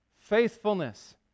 faithfulness